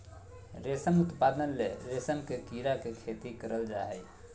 रेशम उत्पादन ले रेशम के कीड़ा के खेती करल जा हइ